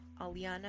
Aliana